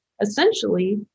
essentially